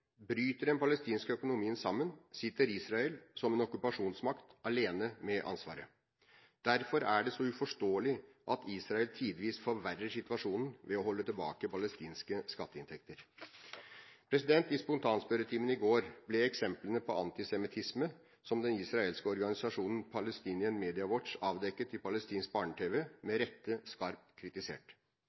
Bryter den palestinske økonomien sammen, sitter Israel som en okkupasjonsmakt alene med ansvaret. Derfor er det så uforståelig at Israel tidvis forverrer situasjonen ved å holde tilbake palestinske skatteinntekter. I spontanspørretimen i går ble eksemplene på antisemittisme som den israelske organisasjonen Palestinian Media Watch avdekket i palestinsk barne-tv, med rette skarpt kritisert.